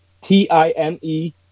T-I-M-E